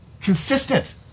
consistent